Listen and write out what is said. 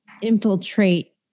infiltrate